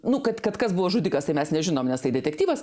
nu kad kad kas buvo žudikas tai mes nežinom nes tai detektyvas